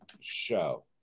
show